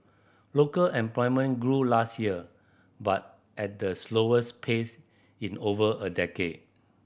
local employment grew last year but at the slowest pace in over a decade